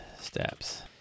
steps